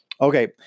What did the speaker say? Okay